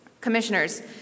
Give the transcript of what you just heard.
Commissioners